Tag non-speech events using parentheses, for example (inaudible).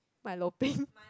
milo peng (noise)